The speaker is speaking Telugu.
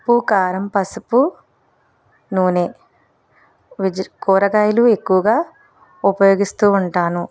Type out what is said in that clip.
ఉప్పు కారం పసుపు నూనె కూరగాయలు ఎక్కువగా ఉపయోగిస్తూ ఉంటాను